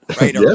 Right